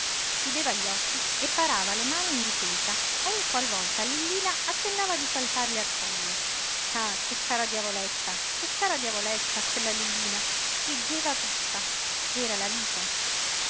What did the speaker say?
chiudeva gli occhi e parava le mani in difesa ogni qual volta lillina accennava di saltargli al collo ah che cara diavoletta che cara diavoletta quella lillina friggeva tutta era la vita